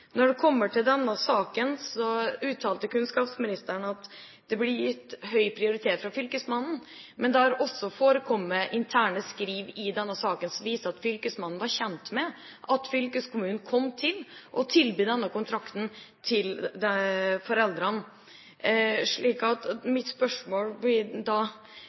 Når det kommer til denne saken, uttalte kunnskapsministeren at den blir gitt høy prioritet fra fylkesmannen. Men det har også forekommet interne skriv i denne saken som viser at fylkesmannen var kjent med at fylkeskommunen kom til å tilby denne kontrakten til foreldrene. Mitt spørsmål blir da: